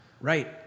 Right